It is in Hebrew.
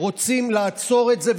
רוצים לעצור את זה.